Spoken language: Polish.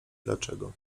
dlaczego